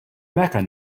mecca